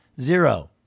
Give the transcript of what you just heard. Zero